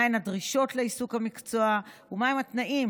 מהן הדרישות לעיסוק במקצוע ומהם התנאים